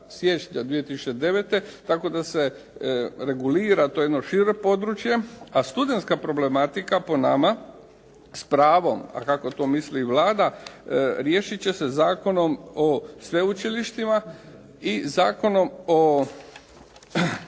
siječnja 2009., tako da se regulira to jedno šire područje, a studentska problematika po nama s pravom, a tako to misli i Vlada riješiti će se Zakonom o sveučilištima i Zakonom o